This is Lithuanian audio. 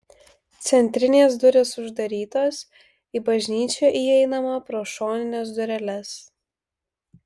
centrinės durys uždarytos į bažnyčią įeinama pro šonines dureles